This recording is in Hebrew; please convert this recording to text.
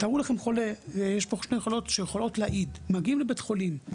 תארו לכם חולה יש פה שתי חולות שיכולות להעיד מגיעים לבית חולים,